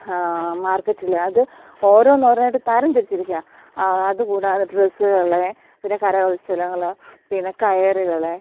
മാർക്കറ്റിൽ അത് ഓരോന്നോരോന്നായിട്ട് തരം തിരിച്ചിരിക്കുകയാ അതുകൂടാതെ ഡ്രസ്സുകൾ പിന്നെ കരകൗശലങ്ങൾ പിന്നെ കയറുകൾ